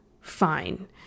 fine